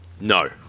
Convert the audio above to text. No